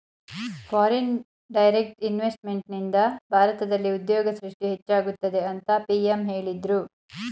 foreign direct ಇನ್ವೆಸ್ತ್ಮೆಂಟ್ನಿಂದ ಭಾರತದಲ್ಲಿ ಉದ್ಯೋಗ ಸೃಷ್ಟಿ ಹೆಚ್ಚಾಗುತ್ತದೆ ಅಂತ ಪಿ.ಎಂ ಹೇಳಿದ್ರು